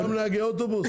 זה גם לנהגי אוטובוס?